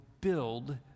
build